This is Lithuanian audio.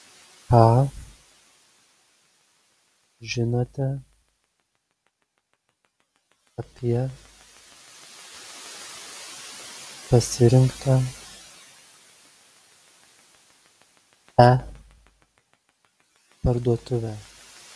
ką žinote apie pasirinktą e parduotuvę